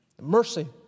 mercy